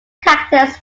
cactus